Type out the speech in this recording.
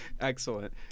Excellent